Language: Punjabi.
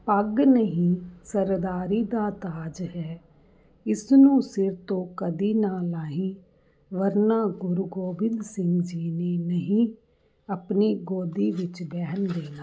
ਪੱਗ ਨਹੀਂ ਸਰਦਾਰੀ ਦਾ ਤਾਜ ਹੈ ਇਸ ਨੂੰ ਸਿਰ ਤੋਂ ਕਦੀ ਨਾ ਲਾਹੀ ਵਰਨਾ ਗੁਰੂ ਗੋਬਿੰਦ ਸਿੰਘ ਜੀ ਨੇ ਨਹੀਂ ਆਪਣੀ ਗੋਦੀ ਵਿੱਚ ਬਹਿਣ ਦੇਣਾ